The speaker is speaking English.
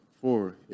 Four